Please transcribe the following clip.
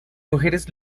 mujeres